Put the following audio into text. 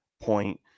point